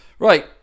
Right